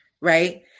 right